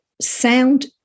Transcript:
sound